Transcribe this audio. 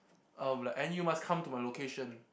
uh like and you must come to my location